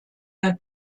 ihr